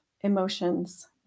emotions